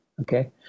okay